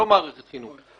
לא מערכת החינוך.